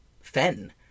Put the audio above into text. Fen